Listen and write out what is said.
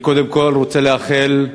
אני קודם כול רוצה לברך